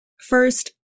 First